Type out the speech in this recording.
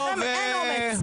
לכם אין אומץ.